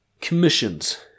commissions